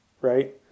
Right